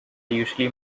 usually